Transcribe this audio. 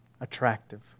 attractive